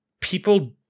people